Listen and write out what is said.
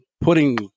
putting